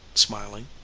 smiling.